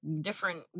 different